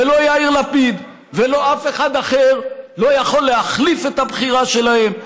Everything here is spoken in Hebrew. ולא יאיר לפיד ולא אף אחד אחר יכול להחליף את הבחירה שלהם,